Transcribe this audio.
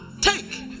take